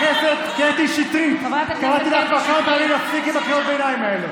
אבל זה נושא שמעניין את אזרחי ישראל.